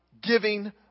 giving